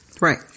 Right